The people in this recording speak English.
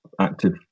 active